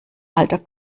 alter